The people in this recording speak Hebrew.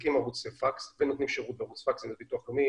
מחזיקים ערוץ פקס כמו ביטוח לאומי,